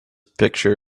picture